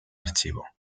archivo